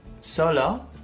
solo